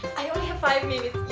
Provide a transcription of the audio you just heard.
i only have five minutes.